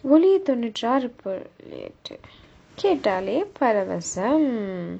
ஒலி தொண்ணுற்றாறு புள்ளி எட்டு கேட்டாலே பரவசம்:oli thonnutraaru pulli ettu kettaalae paravasam